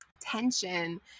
tension